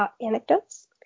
anecdotes